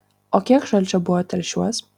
o kiek šalčio buvo telšiuos